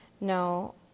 No